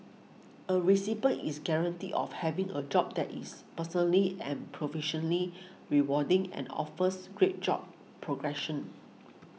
a recipient is guaranteed of having a job that is personally and profession lea rewarding and offers great job progression